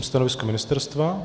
Stanovisko ministerstva?